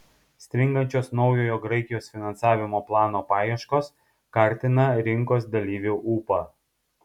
stringančios naujojo graikijos finansavimo plano paieškos kartina rinkos dalyvių ūpą